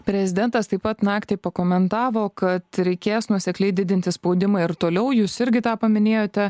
prezidentas taip pat naktį pakomentavo kad reikės nuosekliai didinti spaudimą ir toliau jūs irgi tą paminėjote